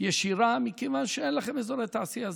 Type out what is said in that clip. ישירה מכיוון שאין לכם אזורי תעשייה.